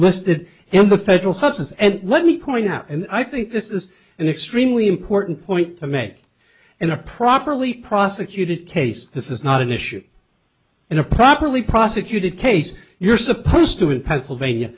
listed in the federal substance and let me point out and i think this is an extremely important point to make in a properly prosecuted case this is not an issue in a properly prosecuted case you're supposed to in pennsylvania